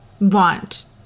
want